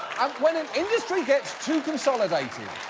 um when and industry gets too consolidated,